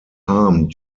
harmed